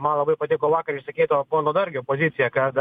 man labai patiko vakar išsakyta pono dargio pozicija kad